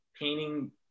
painting